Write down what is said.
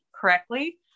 correctly